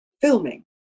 filming